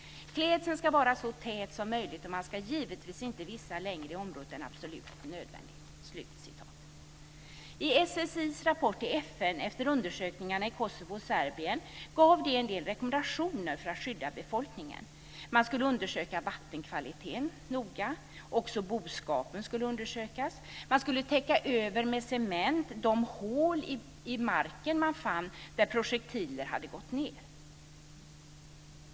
Klädseln ska vara så tät som möjligt och man ska givetvis inte vistas längre i området än absolut nödvändigt. Kosovo och Serbien gavs en del rekommendationer för att skydda befolkningen. Man skulle undersöka vattenkvaliteten noga, också boskapen skulle undersökas, man skulle täcka över med cement de hål i marken man fann efter projektiler.